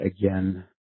again